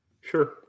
Sure